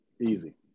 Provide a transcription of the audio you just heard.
Easy